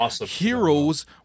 heroes